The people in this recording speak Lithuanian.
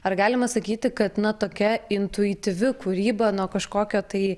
ar galima sakyti kad na tokia intuityvi kūryba nuo kažkokio tai